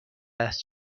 است